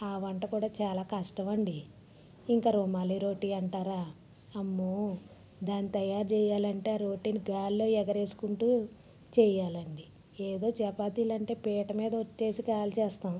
ఆ వంట కూడా చాలా కష్టమండి ఇంక రుమాలి రోటి అంటారా అమ్మో దాని తయారు చెయ్యాలంటే రోటీలు గాల్లో ఎగరేసుకుంటూ చెయ్యాలండి ఏదో చపాతీలు అంటే పీట మీద ఒత్తేసి కాల్చేస్తాం